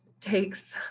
takes